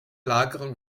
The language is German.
lagerung